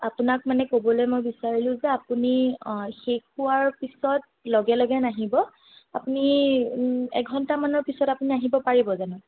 আপোনাক মানে ক'বলৈ মই বিচাৰিলোঁ যে আপুনি শেষ হোৱাৰ পিছত লগে লগে নাহিব আপুনি এঘণ্টা মানৰ পিছত আপুনি আহিব পাৰিব জানো